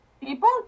People